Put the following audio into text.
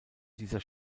dieser